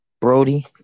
brody